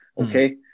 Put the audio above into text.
Okay